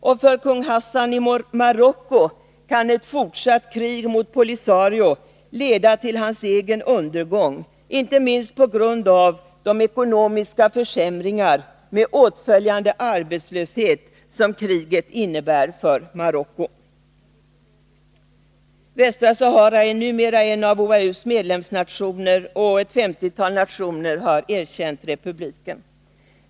Och för kung Hassan i Marocko kan ett fortsatt krig mot Polisario leda till hans egen undergång — inte minst på grund av de ekonomiska försämringar med åtföljande arbetslöshet som kriget innebär för Marocko. Västra Sahara är numera en av OAU:s medlemsnationer, och ett femtiotal nationer har erkänt republiken.